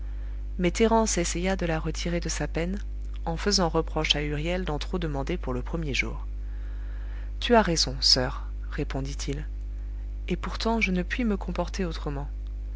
essaya de la retirer de sa peine en faisant reproche à huriel d'en trop demander pour le premier jour tu as raison soeur répondit-il et pourtant je ne puis me comporter autrement